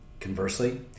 Conversely